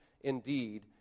indeed